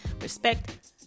respect